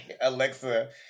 Alexa